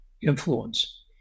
influence